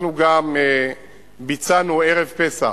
אנחנו גם ביצענו, ערב פסח,